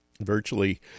Virtually